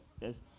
Yes